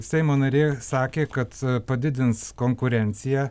seimo narė sakė kad padidins konkurenciją